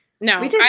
no